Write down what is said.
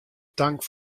tank